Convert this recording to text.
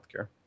healthcare